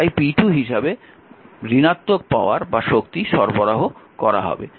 তাই p2 হিসাবে ঋণাত্মক শক্তি সরবরাহ করা হবে